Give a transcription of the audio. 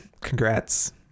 congrats